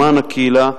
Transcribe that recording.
למען הקהילה.